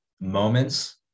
moments –